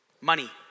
Money